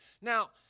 Now